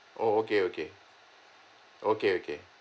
oh okay okay okay okay